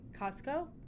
Costco